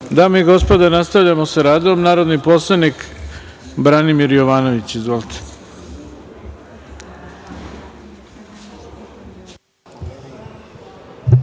Dame i gospodo, nastavljamo sa radom. Reč ima narodni poslanik Branimir Jovanović. Izvolite.